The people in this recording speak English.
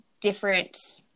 different